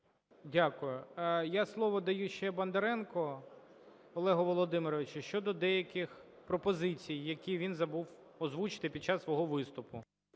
Дякую. Я слово даю ще Бондаренко Олегу Володимировичу щодо деяких пропозицій, які він забув озвучити під час свого виступу.